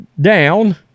down